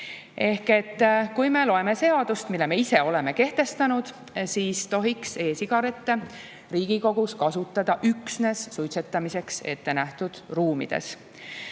Kui me vaatame seadust, mille me ise oleme kehtestanud, siis tuleks e‑sigarette Riigikogus kasutada üksnes suitsetamiseks ettenähtud ruumides.